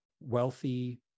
wealthy